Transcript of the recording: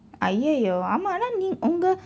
!aiyoyo! ஆமாம் ஆனால் நீ உங்க:aamaam aanaal nii ungka